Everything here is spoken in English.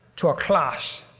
to a class,